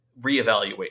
reevaluate